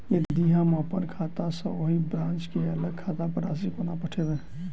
यदि हम अप्पन खाता सँ ओही ब्रांच केँ अलग खाता पर राशि कोना पठेबै?